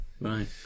right